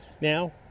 now